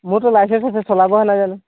মোৰতো লাইচেঞ্চ আছে চলাবহে নাজানোঁ